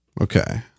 okay